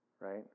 right